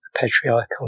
patriarchal